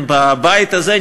בבית הזה,